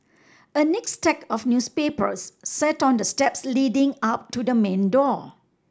a neat stack of newspapers sat on the steps leading up to the main door